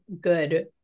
good